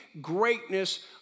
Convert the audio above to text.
greatness